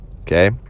Okay